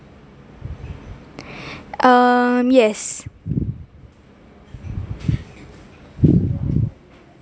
um yes